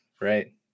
right